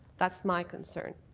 that's my concern.